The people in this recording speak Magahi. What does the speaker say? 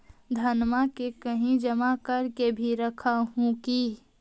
धनमा के कहिं जमा कर के भी रख हू की?